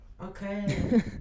Okay